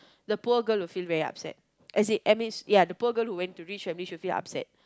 the poor girl will feel very upset as in ya the poor girl who went to rich family she will feel upset